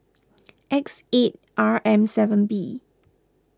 X eight R M seven B